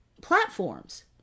platforms